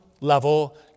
level